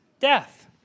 Death